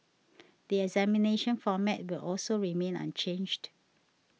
the examination format will also remain unchanged